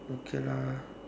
okay lah